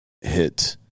hit